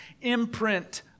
imprint